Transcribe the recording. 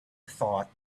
thought